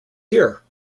here